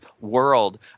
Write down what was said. world